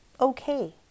okay